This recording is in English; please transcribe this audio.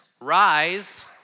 Rise